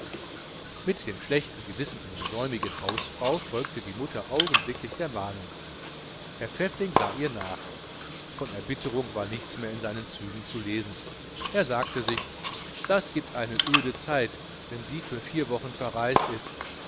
mit dem schlechten gewissen einer säumigen hausfrau folgte die mutter augenblicklich der mahnung herr pfäffling sah ihr nach von erbitterung war nichts mehr auf seinen zügen zu lesen aber er sagte vor sich hin das gibt eine öde zeit wenn sie für vier wochen verreist ich